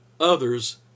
others